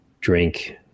drink